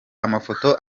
amafoto